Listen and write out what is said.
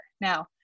Now